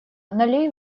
налей